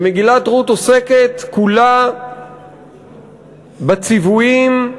מגילת רות עוסקת כולה בציוויים על